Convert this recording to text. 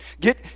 Get